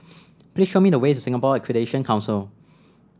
please show me the way to Singapore Accreditation Council